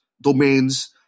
domains